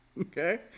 Okay